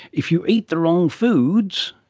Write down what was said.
if you eat the wrong foods,